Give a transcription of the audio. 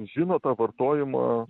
žino tą vartojimą